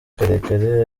karekare